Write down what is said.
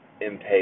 impatient